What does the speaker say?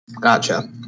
Gotcha